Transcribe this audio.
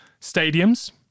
stadiums